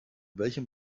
welchem